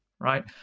right